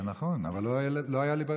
זה נכון, אבל לא היה ליברל.